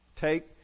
Take